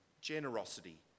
generosity